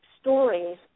stories